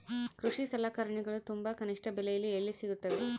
ಕೃಷಿ ಸಲಕರಣಿಗಳು ತುಂಬಾ ಕನಿಷ್ಠ ಬೆಲೆಯಲ್ಲಿ ಎಲ್ಲಿ ಸಿಗುತ್ತವೆ?